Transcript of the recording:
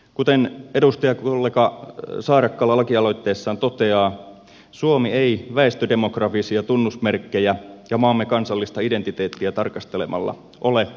kuten edustajakollega saarakkala lakialoitteessaan toteaa suomi ei väestödemografisia tunnusmerkkejä ja maamme kansallista identiteettiä tarkastelemalla ole monikulttuurinen valtio